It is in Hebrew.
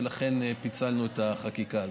ולכן פיצלנו את החקיקה הזאת.